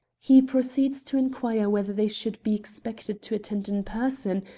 he proceeds to inquire whether they should be expected to attend in person,